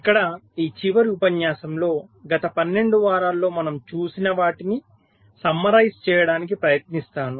ఇక్కడ ఈ చివరి ఉపన్యాసంలో గత 12 వారాలలో మనం చూసిన వాటిని సమ్మరైజ్ చేయడానికి ప్రయత్నిస్తాను